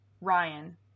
Ryan